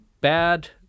bad